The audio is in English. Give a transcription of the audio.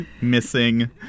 missing